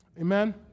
Amen